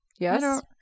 Yes